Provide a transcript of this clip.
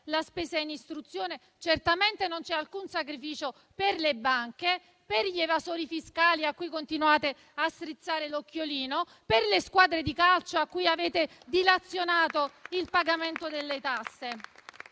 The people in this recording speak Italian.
la spesa in istruzione. Certamente non c'è alcun sacrificio per le banche, per gli evasori fiscali a cui continuate a strizzare l'occhiolino, per le squadre di calcio a cui avete dilazionato il pagamento delle tasse.